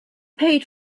paid